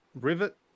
Rivet